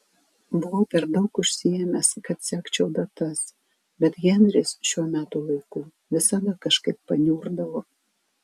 buvau per daug užsiėmęs kad sekčiau datas bet henris šiuo metų laiku visada kažkaip paniurdavo